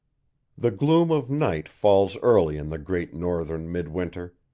the gloom of night falls early in the great northern mid-winter,